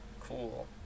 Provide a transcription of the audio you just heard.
Cool